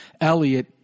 Elliot